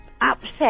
upset